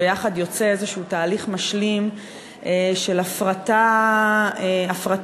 ביחד יוצא איזה תהליך משלים של הפרטת השמירה